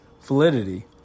validity